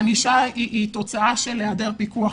הענישה היא תוצאה של היעדר פיקוח.